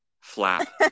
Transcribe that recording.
flap